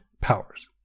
powers